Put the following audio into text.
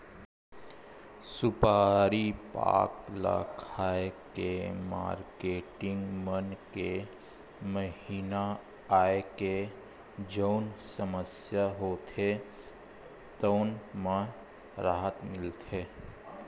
सुपारी पाक ल खाए ले मारकेटिंग मन के महिना आए के जउन समस्या होथे तउन म राहत मिलथे